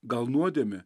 gal nuodėmė